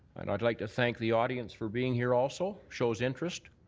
and i'd like to thank the audience for being here also. shows interest.